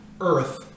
earth